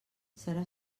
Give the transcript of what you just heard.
serà